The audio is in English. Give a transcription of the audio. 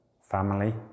family